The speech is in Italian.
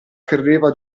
credeva